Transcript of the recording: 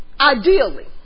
ideally